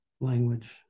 language